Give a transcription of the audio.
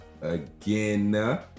again